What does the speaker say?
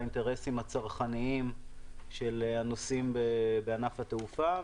האינטרסים הצרכניים של הנוסעים בענף התעופה.